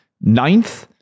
Ninth